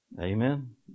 Amen